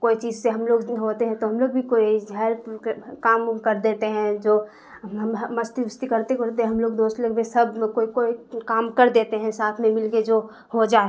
کوئی چیز سے ہم لوگ ہوتے ہیں تو ہم لوگ بھی کوئی ہیلپ کام ووم کر دیتے ہیں جو مستی وستی کرتے کرتے ہم لوگ دوست لوگ بھی سب کوئی کوئی کام کر دیتے ہیں ساتھ میں مل کے جو ہو جائے